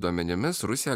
duomenimis rusija